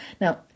Now